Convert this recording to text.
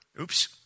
Oops